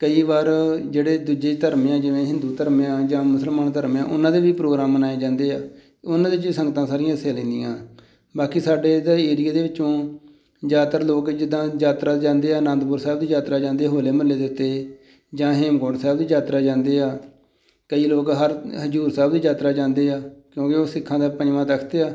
ਕਈ ਵਾਰ ਜਿਹੜੇ ਦੂਜੇ ਧਰਮ ਆ ਜਿਵੇਂ ਹਿੰਦੂ ਧਰਮ ਆ ਜਾਂ ਮੁਸਲਮਾਨ ਧਰਮ ਆ ਉਹਨਾਂ ਦੇ ਵੀ ਪ੍ਰੋਗਰਾਮ ਮਨਾਏ ਜਾਂਦੇ ਆ ਉਹਨਾਂ ਦੇ ਵਿੱਚ ਸੰਗਤਾਂ ਸਾਰੀਆਂ ਹਿੱਸੇ ਲੈਂਦੀਆਂ ਬਾਕੀ ਸਾਡੇ ਇੱਧਰ ਏਰੀਏ ਦੇ ਵਿੱਚੋਂ ਜ਼ਿਆਦਾਤਰ ਲੋਕ ਜਿੱਦਾਂ ਯਾਤਰਾ ਜਾਂਦੇ ਆ ਆਨੰਦਪੁਰ ਸਾਹਿਬ ਦੀ ਯਾਤਰਾ ਜਾਂਦੇ ਹੋਲੇ ਮਹੱਲੇ ਦੇ ਉੱਤੇ ਜਾਂ ਹੇਮਕੁੰਟ ਸਾਹਿਬ ਦੀ ਯਾਤਰਾ ਜਾਂਦੇ ਆ ਕਈ ਲੋਕ ਹਰ ਹਜ਼ੂਰ ਸਾਹਿਬ ਦੀ ਯਾਤਰਾ ਜਾਂਦੇ ਆ ਕਿਉਂਕਿ ਉਹ ਸਿੱਖਾਂ ਦਾ ਪੰਜਵਾਂ ਤਖਤ ਆ